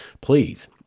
Please